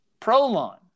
Prolon